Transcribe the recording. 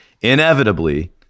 inevitably